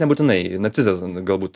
nebūtinai narcizas galbūt